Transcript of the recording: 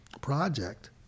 project